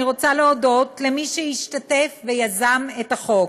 אני רוצה להודות למי שהשתתפו ויזמו את החוק: